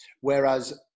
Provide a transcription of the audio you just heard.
Whereas